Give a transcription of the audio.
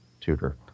tutor